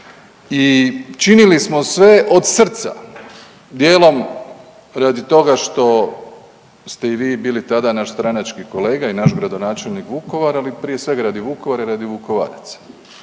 i činili smo sve od srca, dijelom radi toga što ste i vi bili tada naš stranački i naš gradonačelnik Vukovara, ali prije svega radi Vukovara i radi Vukovaraca.